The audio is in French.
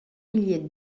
millier